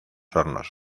hornos